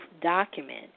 document